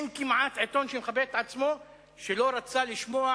אין כמעט עיתון שמכבד את עצמו שלא רצה לשמוע